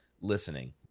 listening